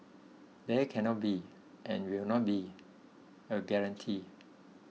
there cannot be and will not be a guarantee